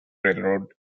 railroad